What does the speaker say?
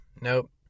Nope